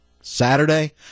Saturday